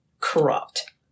corrupt